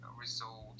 result